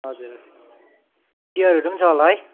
हजुर चियरहरू पनि छ होला है